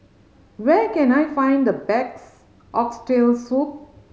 where can I find the best Oxtail Soup